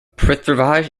prithviraj